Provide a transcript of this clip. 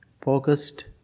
focused